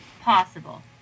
Possible